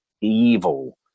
evil